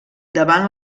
davant